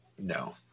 No